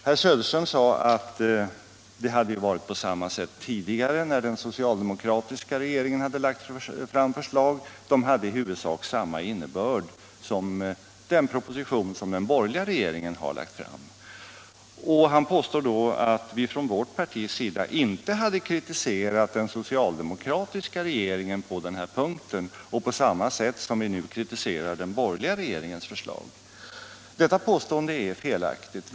Herr Söderström sade att det hade ju varit på samma sätt tidigare när den socialdemokratiska regeringen lade fram förslag. Dessa förslag hade i huvudsak samma innebörd som de propositioner som den borgerliga regeringen har lagt fram. Herr Söderström påstod då att vi från vårt partis sida inte hade kritiserat den socialdemokratiska regeringen på denna punkt på samma sätt som vi nu kritiserar den borgerliga regeringens förslag. Detta påstående är felaktigt.